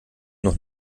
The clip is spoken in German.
noch